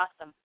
awesome